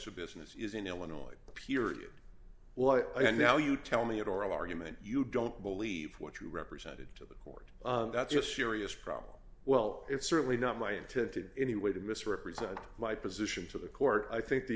of business is in illinois period and now you tell me at oral argument you don't believe what you represented to the court that's a serious problem well it's certainly not my intent in any way to misrepresent my position to the court i think the